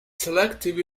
selective